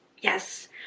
yes